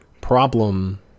problem